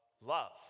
love